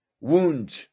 wound